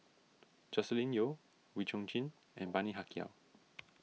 Joscelin Yeo Wee Chong Jin and Bani Haykal